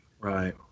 right